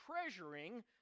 treasuring